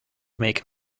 make